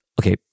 Okay